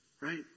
right